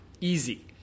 easy